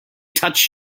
touch